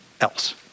else